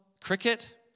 cricket